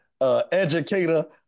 educator